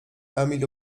emil